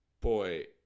boy